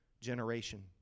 generation